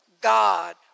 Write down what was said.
God